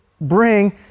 bring